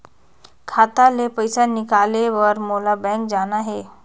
खाता ले पइसा निकाले बर मोला बैंक जाना हे?